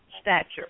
stature